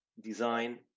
design